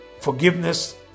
Forgiveness